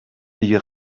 die